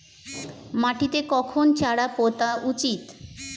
মাটিতে কখন চারা পোতা উচিৎ?